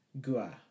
gua